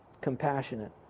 compassionate